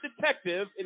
detective